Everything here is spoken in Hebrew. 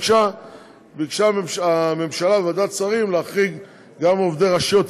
ביקשה מהממשלה וועדת שרים להחריג גם עובדי רשויות,